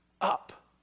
up